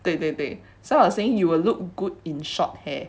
对对对 so I was saying you will look good in short hair